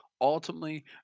Ultimately